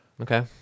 okay